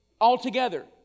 altogether